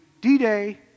D-Day